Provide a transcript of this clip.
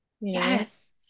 yes